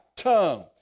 tongue